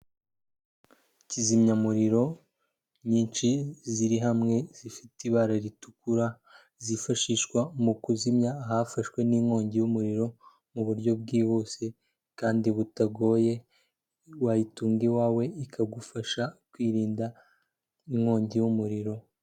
Kizimyamuriro nyinshi ziri hamwe zifite ibara ritukura, zifashishwa mu kuzimya ahafashwe n'inkongi y'umuriro mu buryo bwihuse kandi butagoye, wayitunga iwawe ikagufasha kwirinda inkongi y'umuriro.